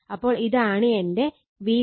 അപ്പോൾ ഇതാണ് എന്റെ Vcb